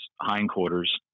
hindquarters